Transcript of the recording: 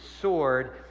sword